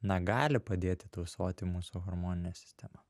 na gali padėti tausoti mūsų hormoninę sistemą